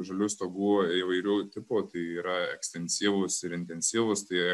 žalių stogu įvairių tipų yra ekstensyvūs ir intensyvūs tai